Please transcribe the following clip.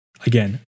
again